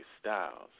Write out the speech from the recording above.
Styles